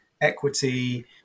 equity